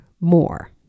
more